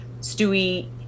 Stewie